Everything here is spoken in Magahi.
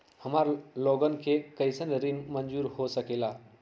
हमार लोगन के कइसन ऋण मंजूर हो सकेला?